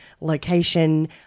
location